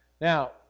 Now